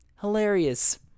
Hilarious